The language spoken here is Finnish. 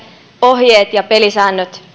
ohjeet ja pelisäännöt